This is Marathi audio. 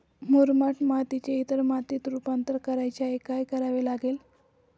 मुरमाड मातीचे इतर मातीत रुपांतर करायचे आहे, काय करावे लागेल?